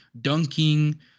dunking